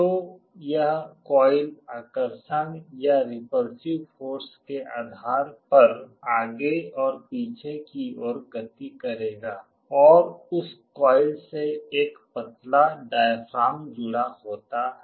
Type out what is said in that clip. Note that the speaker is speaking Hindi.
तो यह कॉइल आकर्षण या रिपल्सिव फोर्स के आधार पर आगे और पीछे की ओर गति करेगा और उस कॉइल से एक पतला डायाफ्राम जुड़ा है